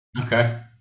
Okay